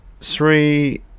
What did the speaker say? three